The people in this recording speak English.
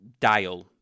dial